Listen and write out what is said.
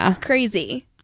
crazy